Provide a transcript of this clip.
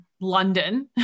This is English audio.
London